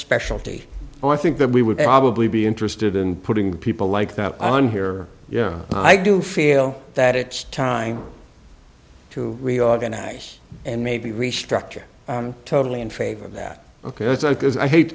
specialty i think that we would probably be interested in putting people like that i'm here yeah i do feel that it's time to reorganize and maybe restructure totally in favor of that ok it's not because i hate